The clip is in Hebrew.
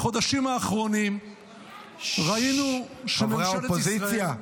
בחודשים האחרונים ראינו שממשלת ישראל --- ששש.